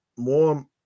more